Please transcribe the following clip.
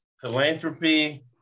philanthropy